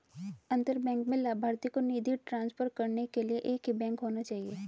अंतर बैंक में लभार्थी को निधि ट्रांसफर करने के लिए एक ही बैंक होना चाहिए